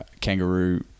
kangaroo